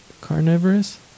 carnivorous